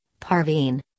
Parveen